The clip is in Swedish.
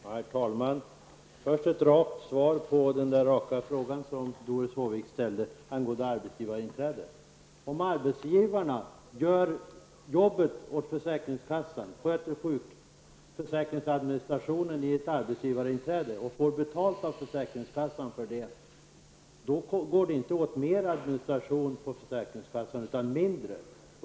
Herr talman! Först vill jag ge ett rakt svar på den raka fråga som Doris Håvik ställde angående arbetsgivarinträdet. Om arbetsgivarna gör jobbet åt försäkringskassan och genom ett arbetsgivarinträde sköter sjukförsäkringsadministrationen samt får betalt från försäkringskassan för detta, leder detta inte till mer administration på försäkringskassan utan mindre.